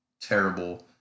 terrible